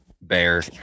bear